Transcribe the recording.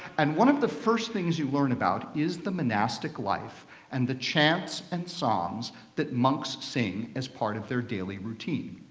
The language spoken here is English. and one of the first things you learn about is the monastic life and the chants and psalms that monks sing as part of their daily routine.